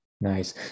Nice